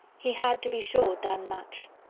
he had, to be sure, done much.